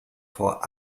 vor